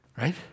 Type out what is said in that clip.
right